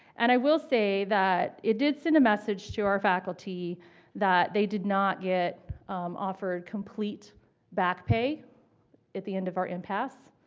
and i will say that it did send a message to our faculty that they did not get offered complete back-pay at the end of our impasse,